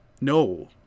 no